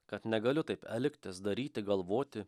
kad negaliu taip elgtis daryti galvoti